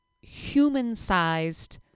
human-sized